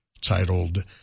titled